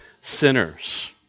sinners